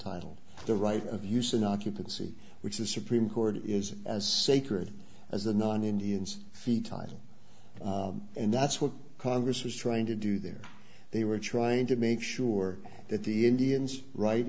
title the right of use in occupancy which the supreme court is as sacred as the non indians feet time and that's what congress was trying to do there they were trying to make sure that the indians right